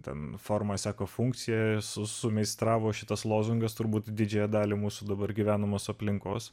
ten formą seka funkcija sumeistravo šitas lozungas turbūt didžiąją dalį mūsų dabar gyvenamos aplinkos